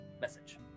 message